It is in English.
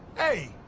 hey,